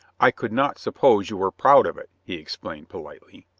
i could not suppose you were proud of it, he explained politely.